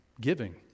giving